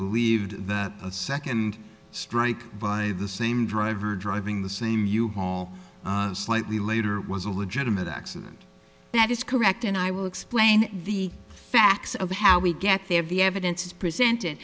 believed that a second strike by the same driver driving the same you slightly later was a legitimate accident that is correct and i will explain the facts of how we get there the evidence is presented